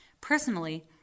Personally